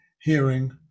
hearing